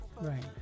Right